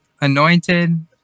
Anointed